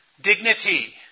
Dignity